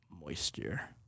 moisture